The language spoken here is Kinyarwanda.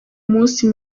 munsi